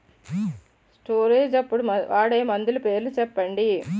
Storage అప్పుడు వాడే మందులు పేర్లు చెప్పండీ?